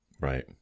Right